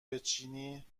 بچینی